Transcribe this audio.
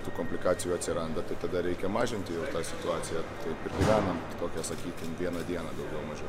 tų komplikacijų atsiranda tai tada reikia mažinti jau tą situaciją taip ir gyvenam tokią sakykim vieną dieną daugiau mažiau